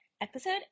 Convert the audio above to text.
episode